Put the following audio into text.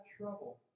trouble